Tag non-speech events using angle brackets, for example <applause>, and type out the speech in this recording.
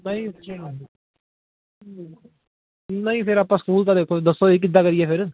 ਨਹੀਂ <unintelligible> ਨਹੀਂ ਫਿਰ ਆਪਾਂ ਸਕੂਲ ਤਾਂ ਦੇਖੋ ਦੱਸੋ ਕਿੱਦਾਂ ਕਰੀਏ ਫਿਰ